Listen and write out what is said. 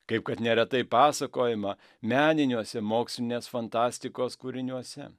kaip kad neretai pasakojama meniniuose mokslinės fantastikos kūriniuose